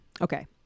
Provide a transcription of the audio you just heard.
Okay